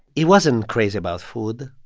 he wasn't crazy about food.